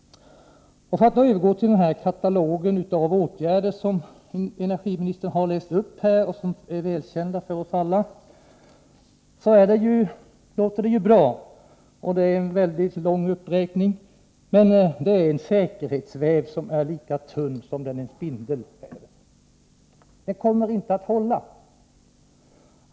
Jag övergår nu till den katalog av åtgärder, välkända för oss alla, som energiministern här har läst upp. Det låter bra, och det är en mycket lång uppräkning, men det är en säkerhetsväv som är lika tunn som den en spindel väver. Det kommer inte att hålla.